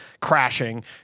crashing